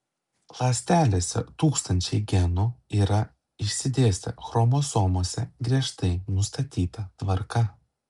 ląstelėse tūkstančiai genų yra išsidėstę chromosomose griežtai nustatyta tvarka